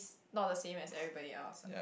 not the same as everybody else